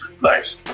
Nice